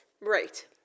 Right